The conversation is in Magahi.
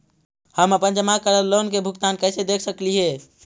हम अपन जमा करल लोन के भुगतान कैसे देख सकली हे?